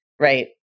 Right